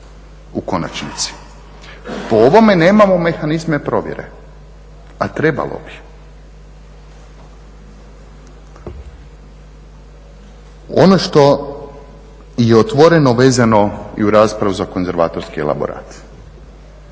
u konačnici. Po ovome nemamo mehanizme provjere, a trebalo bi. Ono što je otvoreno, vezano i uz raspravu za konzervatorski elaborat.